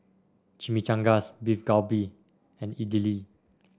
Chimichangas Beef Galbi and Idili